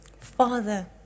Father